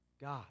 God